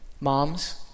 Moms